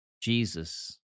Jesus